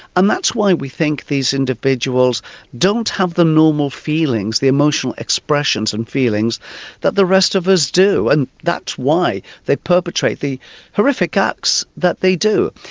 and that's why we think these individuals don't have the normal feelings, the emotional expressions and feelings that the rest of us do. and that's why they perpetrate the horrific acts that they do.